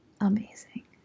amazing